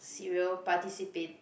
serial participate